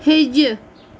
ہیٚجہِ